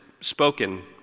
spoken